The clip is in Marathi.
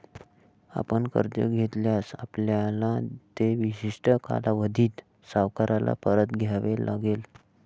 आपण कर्ज घेतल्यास, आपल्याला ते विशिष्ट कालावधीत सावकाराला परत द्यावे लागेल